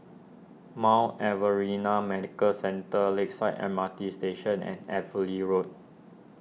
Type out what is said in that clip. Mount Alvernia Medical Centre Lakeside M R T Station and Evelyn Road